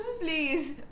Please